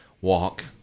walk